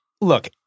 look